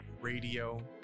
radio